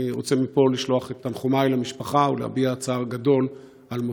מפה אני רוצה לשלוח את תנחומי למשפחה ולהביע צער גדול על מותו.